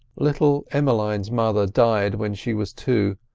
little emmeline's mother died when she was two.